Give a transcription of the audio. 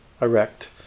erect